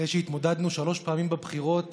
אחרי שהתמודדנו שלוש פעמים בבחירות